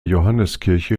johanneskirche